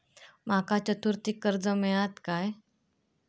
माका चतुर्थीक कर्ज मेळात काय?